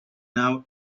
now